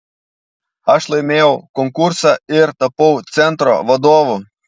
aš laimėjau konkursą ir tapau centro vadovu